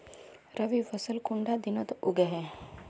रवि फसल कुंडा दिनोत उगैहे?